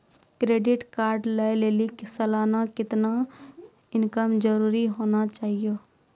Credit card लय लेली सालाना कितना इनकम जरूरी होना चहियों?